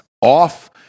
off